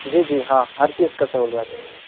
جی جی ہاں ہر چیز کا سہولیات ہے